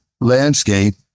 landscape